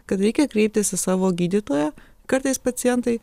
kad reikia kreiptis į savo gydytoją kartais pacientai